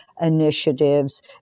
initiatives